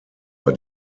war